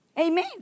Amen